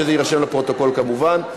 שזה יירשם לפרוטוקול, כמובן.